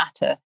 matter